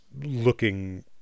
looking